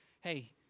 hey